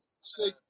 Say